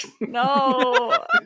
No